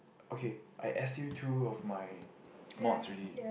okay I S_U two of my mods already